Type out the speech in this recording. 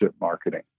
marketing